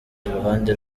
iruhande